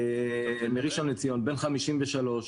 מראשון לציון, בן 53,